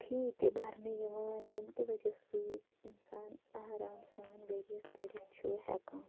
فی تہِ بھرنہٕ یِوان ییٚمہِ کہِ وجہ سۭتۍ اِنسان آرام سان ؤرۍ یَس پٔرِتھ چھُ ہیٚکان